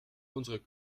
unserer